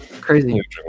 crazy